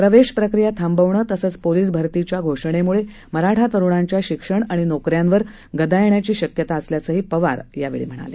प्रवेश प्रक्रिया थांबवण तसंच पोलीस भरतीच्या घोषणेमुळे मराठा तरूणांच्या शिक्षण आणि नोकऱ्यांवर गदा येण्याची शक्यता असल्याचंही पवार यावेळी म्हणाले